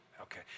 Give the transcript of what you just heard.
Okay